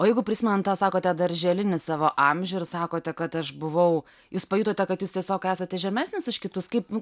o jeigu prisimenant tą sakote darželinį savo amžių ir sakote kad aš buvau jūs pajutote kad jūs tiesiog esate žemesnis už kitus kaip